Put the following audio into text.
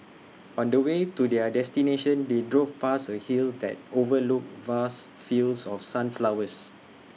on the way to their destination they drove past A hill that overlooked vast fields of sunflowers